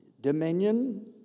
Dominion